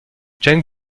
cheng